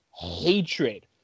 hatred